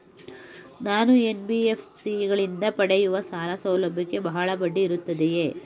ನಾನು ಎನ್.ಬಿ.ಎಫ್.ಸಿ ಗಳಿಂದ ಪಡೆಯುವ ಸಾಲ ಸೌಲಭ್ಯಕ್ಕೆ ಬಹಳ ಬಡ್ಡಿ ಇರುತ್ತದೆಯೇ?